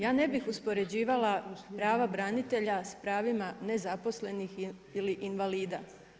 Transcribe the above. Ja ne bih uspoređivala prava branitelja sa pravima nezaposlenih ili invalida.